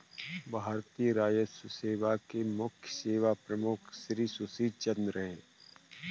भारतीय राजस्व सेवा के मुख्य सेवा प्रमुख श्री सुशील चंद्र हैं